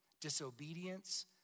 disobedience